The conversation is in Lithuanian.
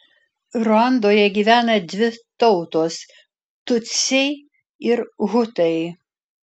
ruandoje gyvena dvi tautos tutsiai ir hutai